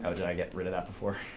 um did i get rid of that before?